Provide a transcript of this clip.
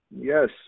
Yes